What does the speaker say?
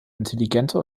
intelligente